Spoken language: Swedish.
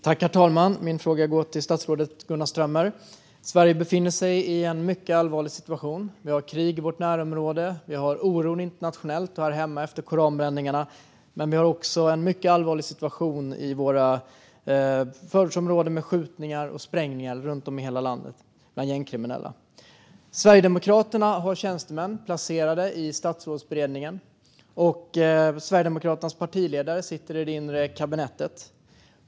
Herr talman! Min fråga går till statsrådet Gunnar Strömmer. Sverige befinner sig i en mycket allvarlig situation. Vi har krig i vårt närområde. Vi har det oroligt nationellt här hemma efter koranbränningarna, och vi har också en mycket allvarlig situation i våra förortsområden med skjutningar och sprängningar bland gängkriminella runt om i hela landet. Sverigedemokraterna har tjänstemän placerade i Statsrådsberedningen, och Sverigedemokraternas partiledare sitter i det inre kabinettet.